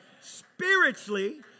spiritually